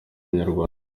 umunyarwanda